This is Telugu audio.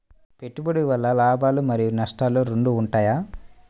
పెట్టుబడి వల్ల లాభాలు మరియు నష్టాలు రెండు ఉంటాయా?